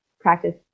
Practice